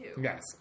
Yes